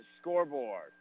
scoreboard